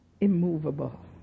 immovable